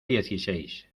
dieciséis